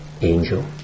angel